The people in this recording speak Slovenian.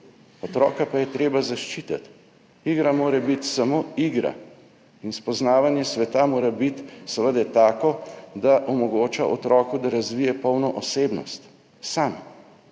Otroka pa je treba zaščititi, igra mora biti samo igra in spoznavanje sveta mora biti seveda tako, da omogoča otroku, da razvije polno osebnost sam,